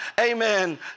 amen